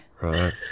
Right